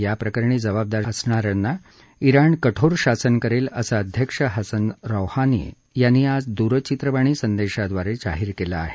याप्रकरणी जबाबदार असणा यांना जिण कठोर शासन करेल असं अध्यक्ष हसन रौहानी यांनी आज दूरचित्रवाणी संदेशाद्वारे जाहीर केलं आहे